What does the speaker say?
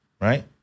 right